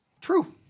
True